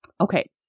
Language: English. okay